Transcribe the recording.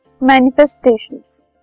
Manifestations